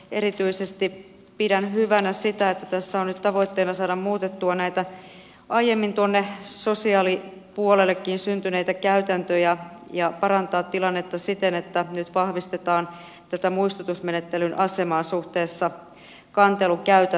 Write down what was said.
erityisesti pidän hyvänä sitä että tässä on nyt tavoitteena saada muutettua näitä aiemmin sosiaalipuolellekin syntyneitä käytäntöjä ja parantaa tilannetta siten että nyt vahvistetaan muistutusmenettelyn asemaa suhteessa kantelukäytäntöihin